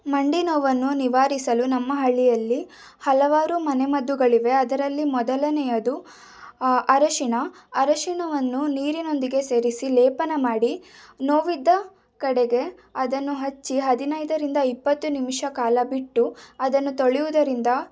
ಮಂಡಿನೋವನ್ನು ನಿವಾರಿಸಲು ನಮ್ಮ ಹಳ್ಳಿಯಲ್ಲಿ ಹಲವಾರು ಮನೆಮದ್ದುಗಳಿವೆ ಅದರಲ್ಲಿ ಮೊದಲನೆಯದು ಅರಿಶಿನ ಅರಿಶಿನವನ್ನು ನೀರಿನೊಂದಿಗೆ ಸೇರಿಸಿ ಲೇಪನ ಮಾಡಿ ನೋವಿದ್ದ ಕಡೆಗೆ ಅದನ್ನು ಹಚ್ಚಿ ಹದಿನೈದರಿಂದ ಇಪ್ಪತ್ತು ನಿಮಿಷ ಕಾಲ ಬಿಟ್ಟು ಅದನ್ನು ತೊಳೆಯುವುದರಿಂದ